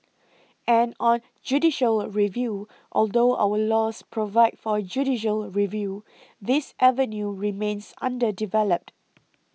and on judicial review although our laws provide for judicial review this avenue remains underdeveloped